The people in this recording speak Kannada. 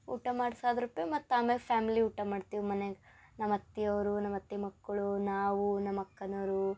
ಊಟ ಮಾಡ್ಸಿ ಆದ್ರುಪೆ ಮತ್ತು ಆಮೇಲೆ ಫ್ಯಾಮಿಲಿ ಊಟ ಮಾಡ್ತೀವಿ ಮನೇಲಿ ನಮ್ಮ ಅತ್ತೆ ಅವರು ನಮ್ಮ ಅತ್ತೆ ಮಕ್ಕಳು ನಾವು ನಮ್ಮ ಅಕ್ಕನವ್ರು